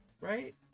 right